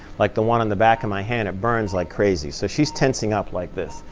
like the one in the back of my hand, it burns like crazy. so she's tensing up like this.